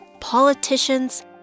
politicians